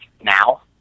now